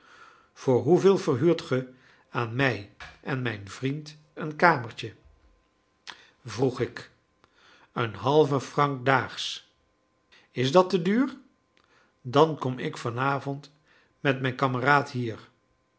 voor hoeveel verhuurt ge aan mij en mijn vriend een kamertje vroeg ik een halven franc daags is dat te duur dan kom ik van avond met mijn kameraad hier